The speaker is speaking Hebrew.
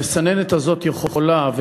המסננת הזאת יכולה,